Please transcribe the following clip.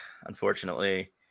unfortunately